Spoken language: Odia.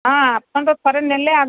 ହଁ ଆପଣଙ୍କ ଥରେ ନେଲେ